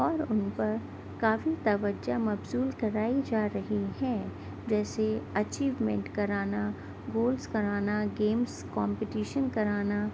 اور ان پر کافی توجہ مبذول کرائی جا رہی ہے جیسے اچیومنٹ کرانا گولس کرانا گیمس کومپٹیشن کرانا